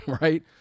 Right